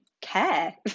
care